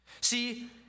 See